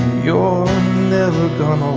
you're never